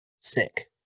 sick